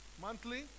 monthly